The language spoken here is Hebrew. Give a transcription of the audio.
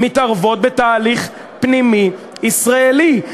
מתערבות בתהליך פנימי ישראלי.